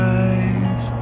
eyes